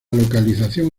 localización